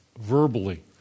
verbally